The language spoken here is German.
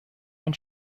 ein